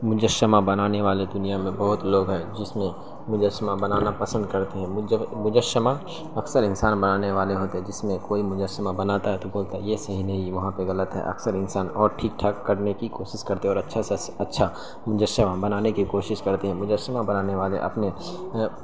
مجسمہ بنانے والے دینا میں بہت لوگ ہیں جس میں مجسمہ بنانا پسند کرتے ہیں مجسمہ اکثر انسان بنانے والے ہوتے جس میں کوئی مجسمہ بناتا ہے تو بولتا ہے یہ صحیح نہیں ہے وہاں پہ غلط ہے اکثر انسان اور ٹھیک ٹھاک کرنے کی کوشش کرتا ہے اور اچھے سے اچھا مجسمہ بنانے کی کوشش کرتے ہیں مجسمہ بنانے والے اپنے